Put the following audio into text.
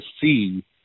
see